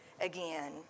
again